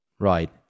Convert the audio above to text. Right